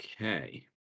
Okay